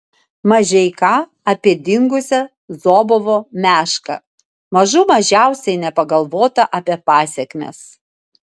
mažeika apie dingusią zobovo mešką mažų mažiausiai nepagalvota apie pasekmes